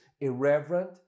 irreverent